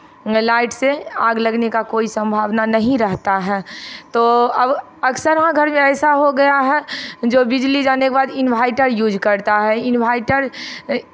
light से आग लगने का कोई संभावना नहीं रहता है तो अब अक्सरहाँ घर में ऐसा हो गया है जो बिजली जाने के बाद इनवर्टर यूज़ करता है इनवर्टर